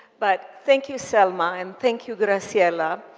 but thank you, selma, and thank you, graciela,